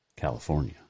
California